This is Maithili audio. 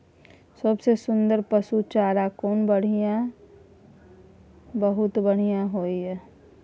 सबसे सुन्दर पसु चारा कोन बहुत बढियां होय इ?